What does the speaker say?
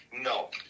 No